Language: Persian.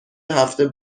هفته